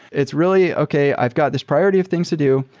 it's really, okay, i've got this priority of things to do.